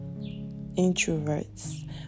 introverts